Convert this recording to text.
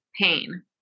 pain